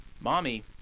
Mommy